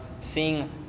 seeing